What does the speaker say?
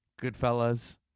Goodfellas